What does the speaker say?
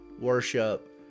worship